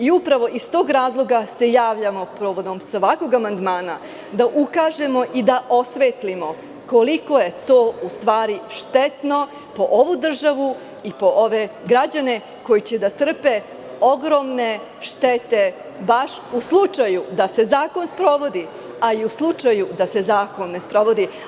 Upravo iz tog razloga se javljamo povodom svakog amandmana, da ukažemo i da osvetlimo koliko je to u stvari štetno po ovu državu i po ove građane koji će da trpe ogromne štete, baš u slučaju da se zakon sprovodi, a i u slučaju da se zakon ne sprovodi.